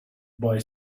boy